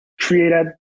created